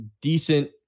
decent